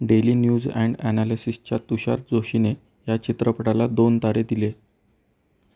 daily news and ॲनालिसिसच्या तुषार जोशीने या चित्रपटाला दोन तारे दिले